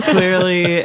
Clearly